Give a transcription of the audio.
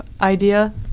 idea